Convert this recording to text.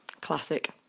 Classic